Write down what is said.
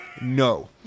No